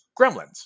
gremlins